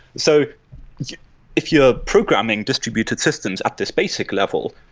so yeah if you're programming distributed systems at this basic level,